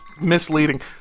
misleading